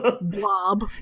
blob